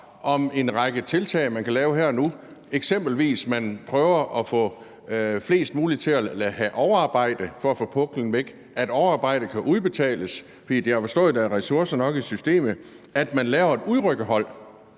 om en række tiltag, man kan lave her og nu, eksempelvis at man prøver at få flest mulige til at have overarbejde for at få puklen væk, at overarbejde kan udbetales, for jeg har forstået, at der er ressourcer nok i systemet, at man laver et udrykningshold